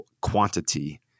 quantity